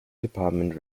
department